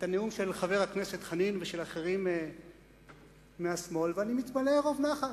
את הנאום של חבר הכנסת חנין ושל אחרים מהשמאל ואני מתמלא רוב נחת.